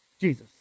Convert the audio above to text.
Jesus